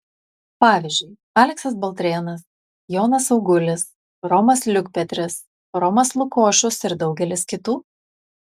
pavyzdžiui aleksas baltrėnas jonas augulis romas liukpetris romas lukošius ir daugelis kitų